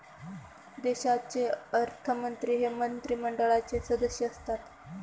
देशाचे अर्थमंत्री हे मंत्रिमंडळाचे सदस्य असतात